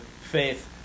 Faith